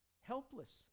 Helpless